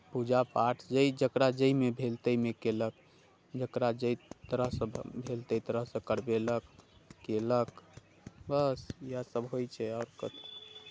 पूजापाठ जाहि जकरा जाहिमे भेल ताहिमे कयलक जकरा जाहि तरहसँ भेल ताहि तरहसँ करबेलक कयलक बस इएहसभ होइत छै आओर कथी